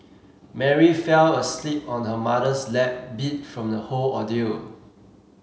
Mary fell asleep on her mother's lap beat from the whole ordeal